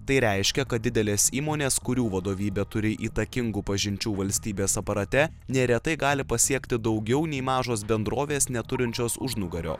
tai reiškia kad didelės įmonės kurių vadovybė turi įtakingų pažinčių valstybės aparate neretai gali pasiekti daugiau nei mažos bendrovės neturinčios užnugario